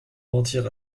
mentir